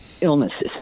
illnesses